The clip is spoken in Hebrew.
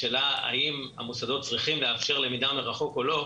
השאלה האם המוסדות צריכים לאפשר למידה מרחוק או לא,